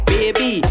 Baby